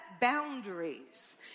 boundaries